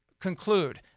conclude